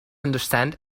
understand